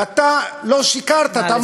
ואתה לא שיקרת, נא לסכם, אדוני.